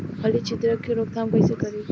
फली छिद्रक के रोकथाम कईसे करी?